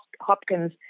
Hopkins